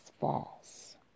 false